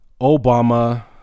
Obama